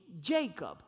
Jacob